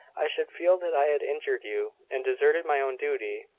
i should feel that i had injured you, and deserted my own duty.